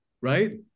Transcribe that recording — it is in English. right